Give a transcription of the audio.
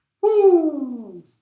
Woo